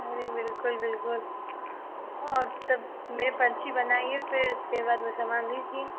अरे बिल्कुल बिल्कुल और तब मेरे पर्ची बनाइए फिर उसके बाद में सामान दीजी